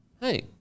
hey